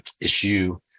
issue